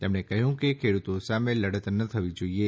તેમણે કહ્યું ખેડૂતો સામે લડત ન થવી જોઈએ